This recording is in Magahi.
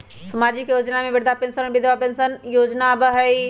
सामाजिक योजना में वृद्धा पेंसन और विधवा पेंसन योजना आबह ई?